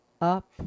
up